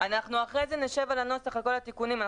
אחרי זה נשב על הנוסח, על כל התיקונים.